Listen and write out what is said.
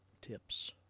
tips